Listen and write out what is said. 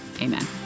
amen